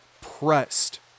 pressed